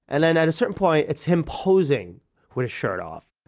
and then at a certain point it's him posing with his shirt off.